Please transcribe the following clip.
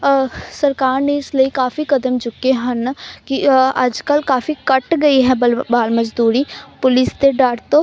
ਸਰਕਾਰ ਨੇ ਇਸ ਲਈ ਕਾਫੀ ਕਦਮ ਚੁੱਕੇ ਹਨ ਕਿ ਅੱਜ ਕੱਲ੍ਹ ਕਾਫੀ ਘੱਟ ਗਈ ਹੈ ਬਲ ਬਾਲ ਮਜ਼ਦੂਰੀ ਪੁਲਿਸ ਤੇ ਡਰ ਤੋਂ